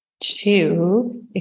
two